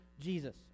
Jesus